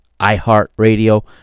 iHeartRadio